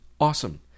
Awesome